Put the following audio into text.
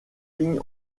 ligne